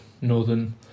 northern